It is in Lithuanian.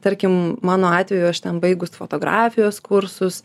tarkim mano atveju aš ten baigus fotografijos kursus